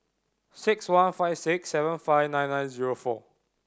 six one five six seven five nine nine zero four